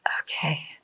okay